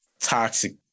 toxic